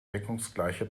deckungsgleiche